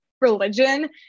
religion